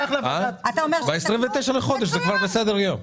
ב-29 לחודש זה בסדר היום.